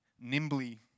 nimbly